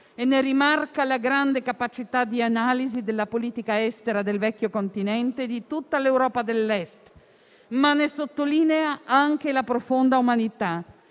e ne rimarca la grande capacità di analisi della politica estera del vecchio Continente e di tutta l'Europa dell'Est, ma ne sottolinea anche la profonda umanità.